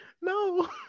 No